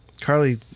Carly